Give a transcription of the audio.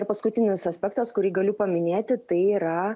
ir paskutinis aspektas kurį galiu paminėti tai yra